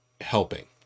helping